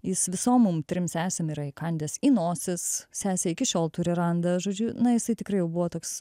jis visom mum trim sesėm yra įkandęs į nosis sesė iki šiol turi randą žodžiu na jisai tikrai jau buvo toks